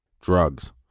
drugs